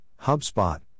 HubSpot